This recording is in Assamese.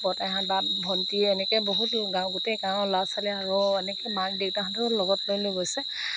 বৰ্তাহঁত বা ভণ্টি এনেকৈ বহুত গাঁও গোটেই গাঁৱৰ ল'ৰা ছোৱালীয়ে আৰু এনেকৈ মাক দেউতাকহঁতো লগত লৈ লৈ গৈছে